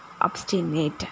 obstinate